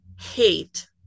hate